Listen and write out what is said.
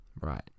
Right